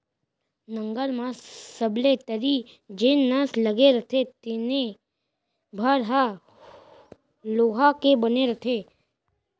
नंगर म सबले तरी जेन नस लगे रथे तेने भर ह लोहा के बने रथे